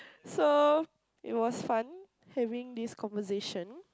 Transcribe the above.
so it was fun having this conversation